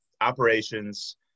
operations